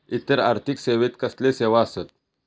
इतर आर्थिक सेवेत कसले सेवा आसत?